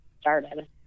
started